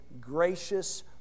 gracious